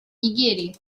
нигерии